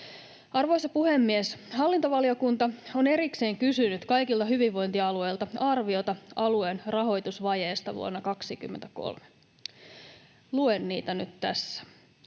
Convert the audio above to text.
Arvoisa puhemies! Hallintovaliokunta on erikseen kysynyt kaikilta hyvinvointialueilta arviota alueen rahoitusvajeesta vuonna 23. Luen niitä nyt tässä: